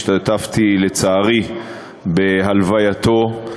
השתתפתי, לצערי, בהלווייתו.